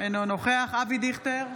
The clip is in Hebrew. אינו נוכח אבי דיכטר,